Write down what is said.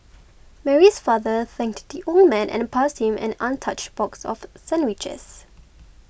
Mary's father thanked the old man and passed him an untouched box of sandwiches